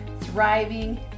thriving